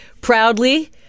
proudly